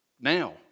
Now